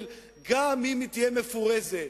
אם היא תהיה מפורזת,